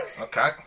Okay